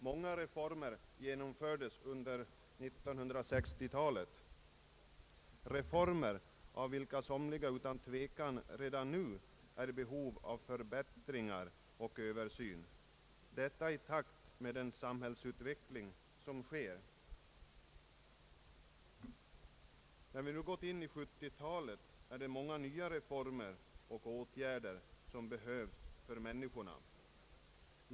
Många reformer genomfördes under 1960-talet, av vilka somliga utan tvekan redan nu är i behov av förbättringar och översyn, detta i takt med den samhällsutveckling som sker. När vi nu gått in i 1970-talet är det många nya reformer och åtgärder som behövs för människorna.